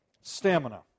Stamina